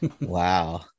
wow